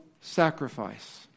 sacrifice